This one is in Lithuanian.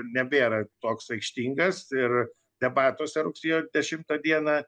nebėra toks aikštingas ir debatuose rugsėjo dešimtą dieną